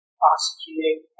prosecuting